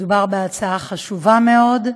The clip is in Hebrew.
מדובר בהצעה חשובה מאוד.